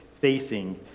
facing